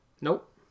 Nope